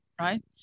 right